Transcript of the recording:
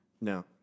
no